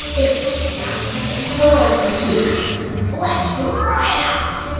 it sucks the coral's mucus and flesh right off.